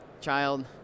child